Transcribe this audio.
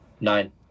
Nine